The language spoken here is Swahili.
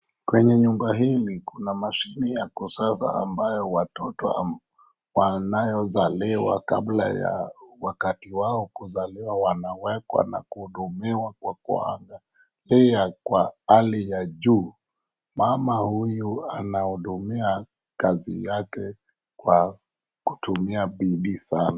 Kwenye nyumba hili kuna mashini ya kusaza ambayo watoto wanao zaliwa kabla ya wakati yao ya kuzaliwa wanawekwa na kuhudumiwa kwa kuangaliwa kwa hali ya juu, mama huyu anahudumia kazi yake kwa kutumia bidii sana.